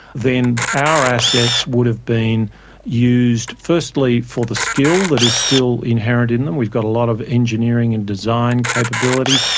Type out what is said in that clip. then our assets would have been used firstly for the skill that is still inherent in them, we've got a lot of engineering and design capability,